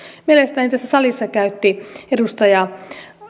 mielestäni tässä salissa käytti edustaja